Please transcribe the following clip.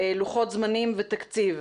לוחות זמנים ותקציב,